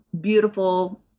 beautiful